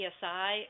PSI